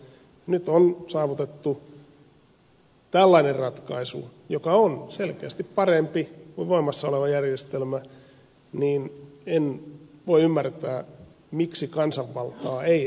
kun nyt on saavutettu tällainen ratkaisu joka on selkeästi parempi kuin voimassa oleva järjestelmä niin en voi ymmärtää miksi kansanvaltaa ei edistettäisi